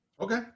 Okay